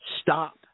stop